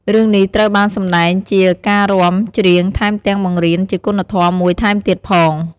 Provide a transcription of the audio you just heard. រឿងនេះត្រូវបានសម្ដែងជាការរាំ ច្រៀង ថែមទាំងបង្រៀនជាគុណធម៌មួយថែមទៀតផង។